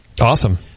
awesome